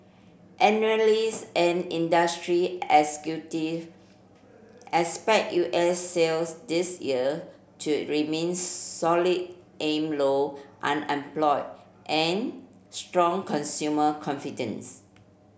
analyst and industry executive expect U S sales this year to remain solid amid low unemployment and strong consumer confidence